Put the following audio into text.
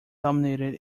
dominated